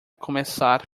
começar